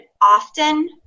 often